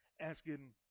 asking